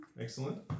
Excellent